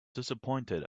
disappointed